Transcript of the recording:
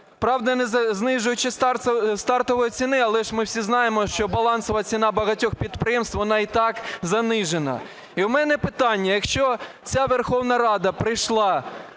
правда, не знижуючи стартової ціни. Але ж ми всі знаємо, що балансова ціна багатьох підприємств, вона і так занижена. І в мене питання. Якщо ця Верховна Рада прийшла